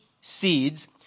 seeds